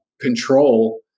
control